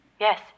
Yes